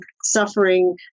suffering